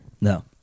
No